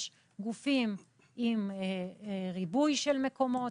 יש גופים עם ריבוי של מקומות,